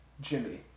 Jimmy